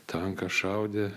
tankas šaudė